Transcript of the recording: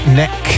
neck